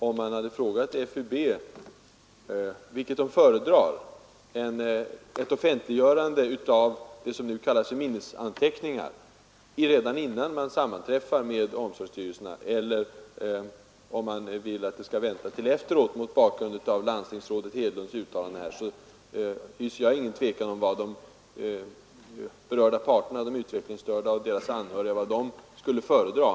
Om man hade frågat FUB vilket som vore att föredra: att offentliggöra det som nu kallas för minnesanteckningar redan före sammanträffandet med omsorgsstyrelserna, eller att vänta med offentliggörandet till efter sammanträdet, mot bakgrund av landstingsrådet Hedlunds uttalande, hyser jag inget tvivel om vilket alternativ de berörda parterna — de utvecklingsstörda och deras anhöriga — skulle föredra.